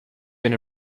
been